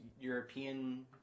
European